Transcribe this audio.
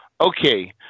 okay